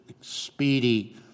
speedy